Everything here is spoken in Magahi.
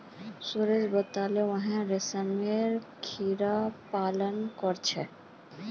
सुरेश बताले कि वहेइं रेशमेर कीड़ा पालन कर छे